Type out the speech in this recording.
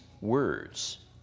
words